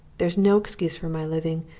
there's no excuse for my living,